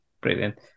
Brilliant